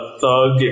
thug